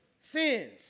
sins